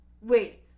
Wait